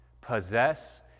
possess